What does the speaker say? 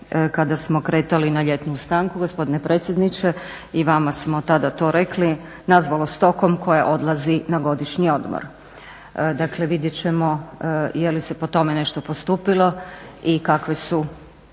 kada smo kretali na ljetnu stanku gospodine predsjedniče i vama smo tada to rekli, nazvalo stokom koja odlazi na godišnji odmor. Dakle vidjet ćemo je li se po tome nešto postupilo i kakve su